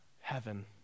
heaven